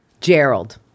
Gerald